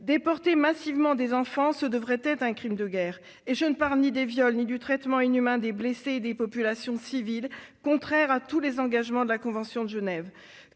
Déporter massivement des enfants, ce devrait être un crime de guerre ! Et je ne parle ni des viols ni du traitement inhumain des blessés et des populations civiles, contraires à tous les engagements de la convention de Genève.